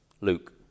Luke